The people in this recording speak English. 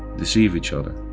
deceive each other,